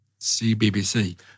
CBBC